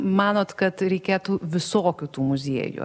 manot kad reikėtų visokių tų muziejų